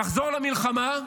נחזור למלחמה,